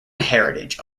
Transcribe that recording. heritage